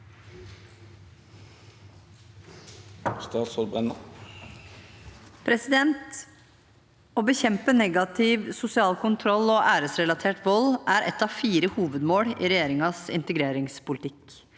Å bekjempe ne- gativ sosial kontroll og æresrelatert vold er ett av fire hovedmål i regjeringens integreringspolitikk.